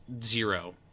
zero